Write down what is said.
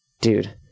Dude